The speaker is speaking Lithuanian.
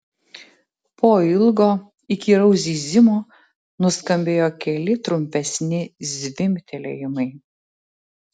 po ilgo įkyraus zyzimo nuskambėjo keli trumpesni zvimbtelėjimai